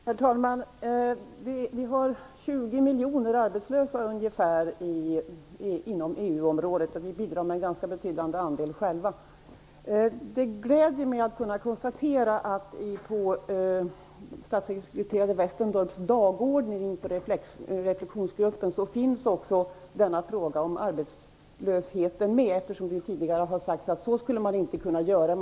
Herr talman! Det finns ungefär 20 miljoner arbetslösa inom EU-området, och vi bidrar själva med en ganska betydande andel. Det gläder mig att kunna konstatera att på statssekreterare Westendorps dagordning inför reflektionsgruppen finns också denna fråga om arbetslösheten med, eftersom det tidigare har sagts att man inte skulle kunna göra så.